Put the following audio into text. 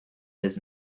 his